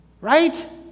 Right